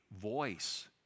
voice